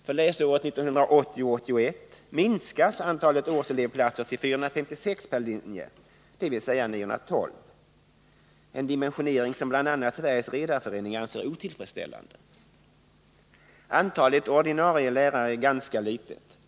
För läsåret 1980/81 minskas antalet årselevplatser till 456 per linje, dvs. 912 — en dimensionering som bl.a. Sveriges redareförening anser otillfredsställande. Antalet ordinarie lärare är ganska litet.